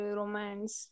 romance